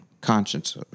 Conscience